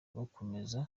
bakomeza